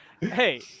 Hey